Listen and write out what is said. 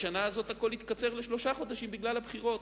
בשנה הזאת הכול התקצר לשלושה חודשים בגלל הבחירות.